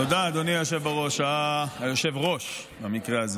תודה, אדוני היושב בראש, היושב-ראש, במקרה הזה.